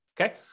okay